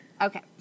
Okay